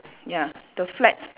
ya the flags